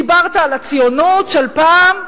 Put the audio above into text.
דיברת על הציונות של פעם?